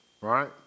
Right